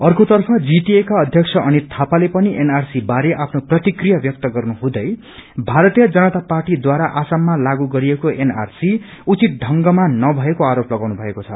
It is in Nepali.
आर्केतर्फ जीटिए का अध्यक्ष अनित थापाले पनि उनआरसी बारे आफ्नो प्रतिक्रिया व्यक्त गर्नहुँदै भन्नुभएको छ भारतीय जनता पार्टीद्वारा असममा लागू गरिएको एनआरसी उचति ढत्रंगमा नभएको आरोप लागाउनु भएको छ